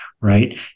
right